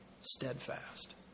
steadfast